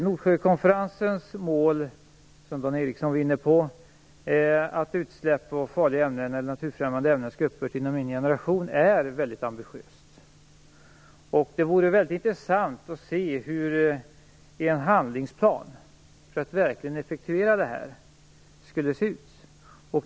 Nordsjökonferensens mål, som Dan Ericsson var inne på, nämligen att utsläpp av naturfrämmande ämnen skall ha upphört inom en generation, är väldigt ambitiöst. Det vore väldigt intressant att se hur en handlingsplan för att verkligen effektuera det här skulle se ut.